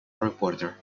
reporter